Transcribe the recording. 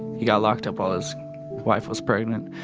he got locked up while his wife was pregnant,